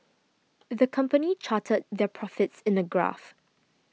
the company charted their profits in a graph